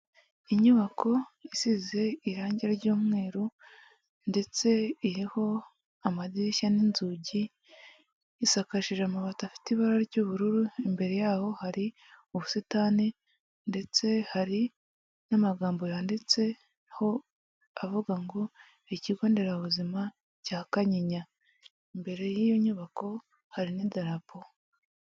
Inyubako isize irange ry'umweru ndetse iriho amadirishya n'inzugi, isakarishije amabati afite ibara ry'ubururu, imbere yaho hari ubusitani ndetse hari n'amagambo yanditse ho avuga ngo ikigo nderabuzima cya Kanyinya, imbere y'iyo nyubako hari n'idarapo.